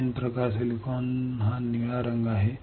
N प्रकार silicon हा निळा रंग निळा रंग आहे